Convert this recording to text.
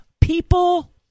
people